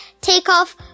takeoff